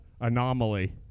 anomaly